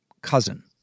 cousin